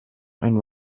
and